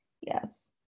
Yes